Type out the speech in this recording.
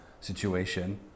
situation